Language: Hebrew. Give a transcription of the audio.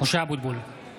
הבאה להביע